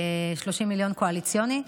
30 מיליון קואליציוני,